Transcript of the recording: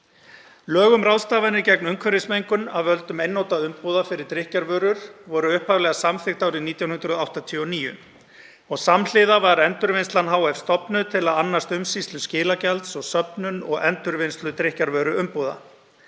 Lög um ráðstafanir gegn umhverfismengun af völdum einnota umbúða fyrir drykkjarvörur voru upphaflega samþykkt árið 1989 og samhliða var Endurvinnslan hf. stofnuð til að annast umsýslu skilagjalds og söfnun og endurvinnslu drykkjarvöruumbúða.